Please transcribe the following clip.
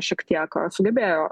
šiek tiek sugebėjo